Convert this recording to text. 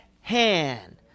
hand